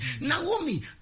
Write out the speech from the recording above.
Naomi